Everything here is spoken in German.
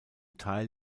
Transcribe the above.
teil